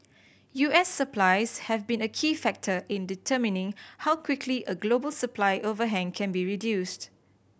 U S supplies have been a key factor in determining how quickly a global supply overhang can be reduced